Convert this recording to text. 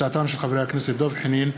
הצעותיהם של חברי הכנסת דב חנין,